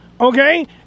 okay